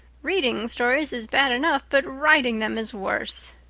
reading stories is bad enough but writing them is worse.